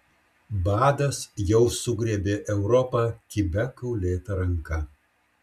badas jau sugriebė europą kibia kaulėta ranka